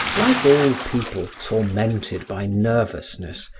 like all people tormented by nervousness,